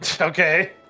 Okay